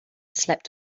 slept